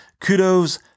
Kudos